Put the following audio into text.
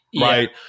Right